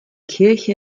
kirche